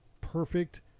perfect